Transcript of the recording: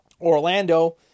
Orlando